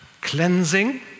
Cleansing